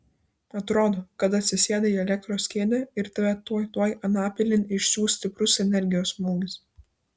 atrodo kad atsisėdai į elektros kėdę ir tave tuoj tuoj anapilin išsiųs stiprus energijos smūgis